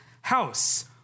house